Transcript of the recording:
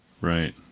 Right